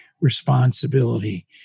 responsibility